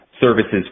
services